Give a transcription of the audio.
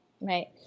Right